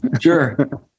Sure